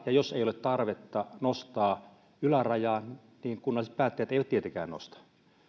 ja jos ei ole tarvetta nostaa ylärajaa niin kunnalliset päättäjät eivät tietenkään nosta